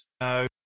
No